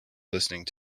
listening